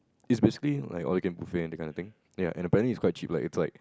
it's basically like all you can eat buffet that kind of thing ya and apparently it's quite cheap like it's like